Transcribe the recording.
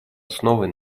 основой